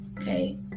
okay